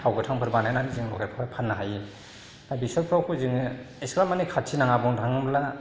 थाव गोथांफोर बानायनानै जों बेफोर फाननो हायो दा बेसरफोरावबो जोङो एसेबां माने खारथिं नाङा बुंनो थाङोब्ला